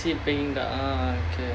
oh I see peking duck orh okay